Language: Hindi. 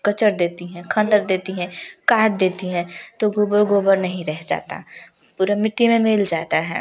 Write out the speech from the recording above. कचर देती हैं खंदर देती हैं काट देती हैं तो गोबर गोबर नहीं रहे जाता पूरा मिट्टी में मिल जाता है